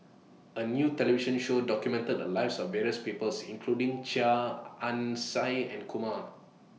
A New television Show documented The Lives of various People including Chia Ann Siang and Kumar